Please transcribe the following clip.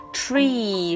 tree